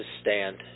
stand